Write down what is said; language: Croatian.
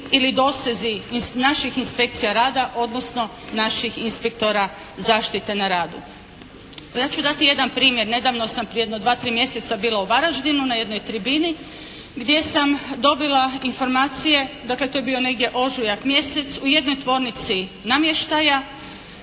ili dosezi naših inspekcija rada odnosno naših inspektora zaštite na radu? Ja ću dati jedan primjer. Nedavno sam prije jedno dva, tri mjeseca bila u Varaždinu na jednoj tribini gdje sam dobila informacije dakle, to je bio negdje ožujak mjesec, u jednoj tvornici namještaja